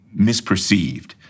misperceived